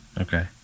Okay